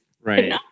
right